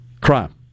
crime